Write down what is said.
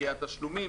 דחיית תשלומים,